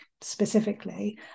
specifically